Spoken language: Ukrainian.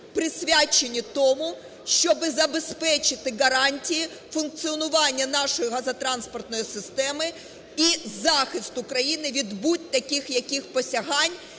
присвячені тому, щоб забезпечити гарантії функціонування нашої газотранспортної системи і захисту країни від будь-яких посягань,